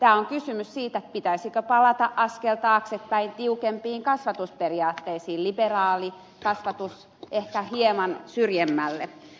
tässä on kysymys siitä pitäisikö palata askel taaksepäin tiukempiin kasvatusperiaatteisiin panna liberaali kasvatus ehkä hieman syrjemmälle